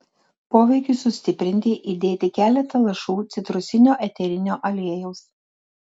poveikiui sustiprinti įdėti keletą lašų citrusinio eterinio aliejaus